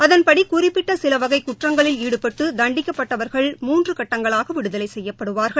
அதன்படி குறிப்பிட்ட சில வகை குற்றங்களில் ஈடுபட்டு தண்டிக்கப்பட்டவர்கள் மூன்று கட்டங்களாக விடுதலை செய்யப்படுவார்கள்